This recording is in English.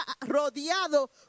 rodeado